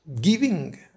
giving